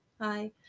hi